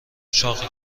چاق